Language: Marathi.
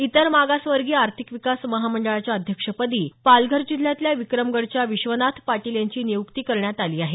इतर मागासवर्गीय आर्थिक विकास महामंडळाच्या अध्यक्षपदी पालघर जिल्ह्यातल्या विक्रमगडच्या विश्वनाथ पाटील यांची नियुक्ती करण्यात आली आहे